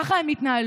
ככה הם התנהלו.